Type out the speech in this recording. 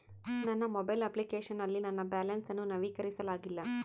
ನನ್ನ mobile application ನಲ್ಲಿ ನನ್ನ ಬ್ಯಾಲೆನ್ಸ್ ಅನ್ನು ನವೀಕರಿಸಲಾಗಿಲ್ಲ